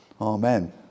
Amen